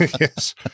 Yes